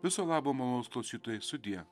viso labo malonūs klausytojai sudie